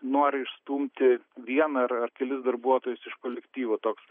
nori išstumti vieną ar ar kelis darbuotojus iš kolektyvo toks